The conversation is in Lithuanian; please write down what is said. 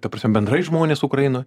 ta prasme bendrai žmonės ukrainoj